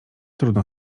trudno